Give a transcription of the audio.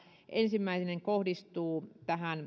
ensimmäinen kohdistuu